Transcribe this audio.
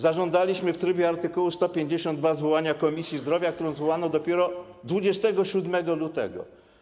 Zażądaliśmy w trybie art. 152 zwołania Komisji Zdrowia, którą zwołano dopiero 27 lutego.